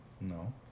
No